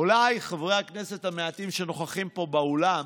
אולי חברי הכנסת המעטים שנוכחים כאן באולם